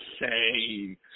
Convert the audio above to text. insane